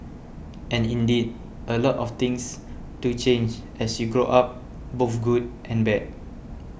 and indeed a lot of things do change as you grow up both good and bad